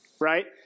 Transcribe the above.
right